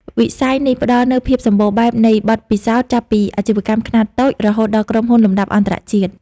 វិស័យនេះផ្ដល់នូវភាពសម្បូរបែបនៃបទពិសោធន៍ ចាប់ពីអាជីវកម្មខ្នាតតូច រហូតដល់ក្រុមហ៊ុនលំដាប់អន្តរជាតិ។